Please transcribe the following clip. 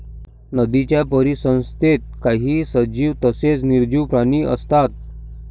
नदीच्या परिसंस्थेत काही सजीव तसेच निर्जीव प्राणी असतात